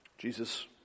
Jesus